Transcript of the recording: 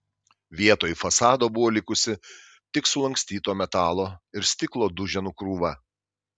vietoj fasado buvo likusi tik sulankstyto metalo ir stiklo duženų krūva